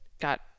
got